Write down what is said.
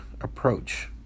approach